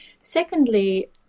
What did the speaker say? secondly